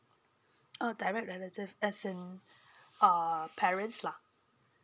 a direct relative as in uh parents lah